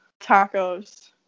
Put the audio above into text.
tacos